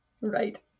Right